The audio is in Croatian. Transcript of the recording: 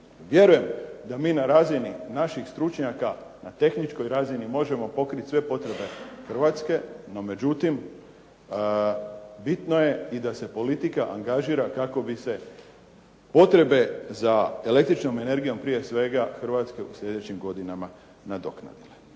Vjerujem da mi na razini naših stručnjaka, na tehničkoj razini možemo pokriti sve potrebe Hrvatske, no međutim bitno je i da se politika angažira kako bi se potrebe za električnom energijom, prije svega Hrvatske, u sljedećim godinama nadoknadile.